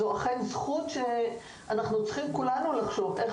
זוהי אכן זכות שכולנו צריכים לחשוב איך